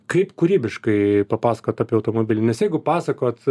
kaip kūrybiškai papasakot apie automobilį nes jeigu pasakot